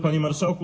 Panie Marszałku!